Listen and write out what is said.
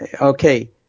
Okay